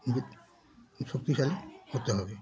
নিজেকে শক্তিশালী করতে হবে